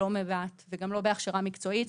לא במה"ט וגם לא בהכשרה מקצועית,